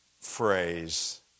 phrase